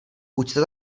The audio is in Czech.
buďte